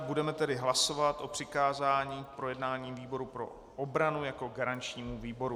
Budeme tedy hlasovat o přikázání k projednání výboru pro obranu jako garančnímu výboru.